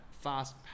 fast